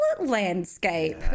landscape